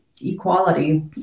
equality